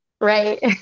Right